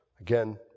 again